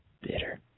Bitter